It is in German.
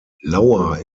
lauer